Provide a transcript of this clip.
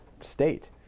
state